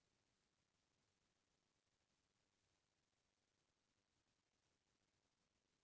अनाज मन ल चाले निमारे के जाली ल चलनी कथें